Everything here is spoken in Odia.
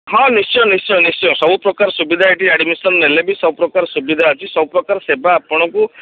ହଁ ନିଶ୍ଚୟ ନିଶ୍ଚୟ ନିଶ୍ଚୟ ସବୁ ପ୍ରକାର ସୁବିଧା ଏଇଠି ଆଡ଼୍ମିସନ୍ ନେଲେ ବି ସବୁ ପ୍ରକାର ସୁବିଧା ଅଛି ସବୁ ପ୍ରକାର ସେବା ଆପଣଙ୍କୁ